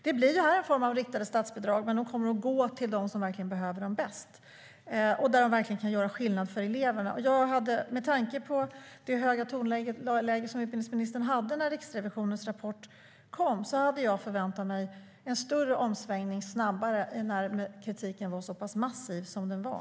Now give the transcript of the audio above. Det blir en form av riktade bidrag som kommer att gå till dem som verkligen behöver dem bäst och där de verkligen kan göra skillnad för eleverna. Med tanke på utbildningsministerns höga tonläge när Riksrevisionens rapport kom hade jag förväntat mig en större och snabbare omsvängning när kritiken var så pass massiv som den var.